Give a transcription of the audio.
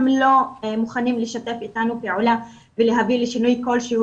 הם לא מוכנים לשתף איתנו פעולה ולהביא לשינוי כלשהו